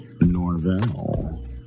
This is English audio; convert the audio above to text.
Norvell